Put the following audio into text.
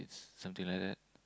something like that